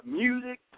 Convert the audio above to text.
music